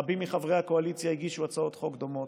רבים מחברי הקואליציה הגישו הצעות חוק דומות.